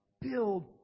build